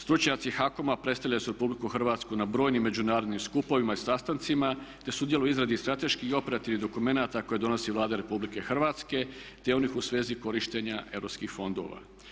Stručnjaci HAKOM-a predstavljali su RH na brojim međunarodnim skupovima i sastancima te sudjeluju u izradi strateških i operativnih dokumenata koje donosi Vlada RH te onih u svezi korištenje europskih fondova.